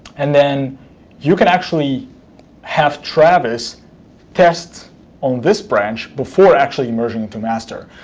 and then you can actually have travis test on this branch before actually merging to master.